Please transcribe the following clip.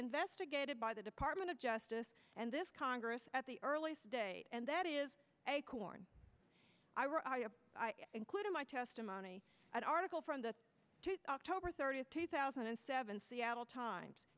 investigated by the department of justice and this congress at the earliest day and that is acorn including my testimony at article from the truth october thirtieth two thousand and seven seattle times